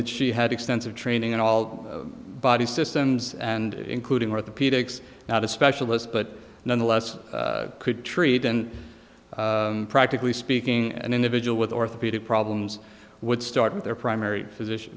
that she had extensive training in all body systems and including orthopedics not a specialist but nonetheless could treat and practically speaking an individual with orthopedic problems would start with their primary physician